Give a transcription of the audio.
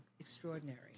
Extraordinary